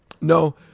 No